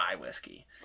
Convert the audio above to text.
whiskey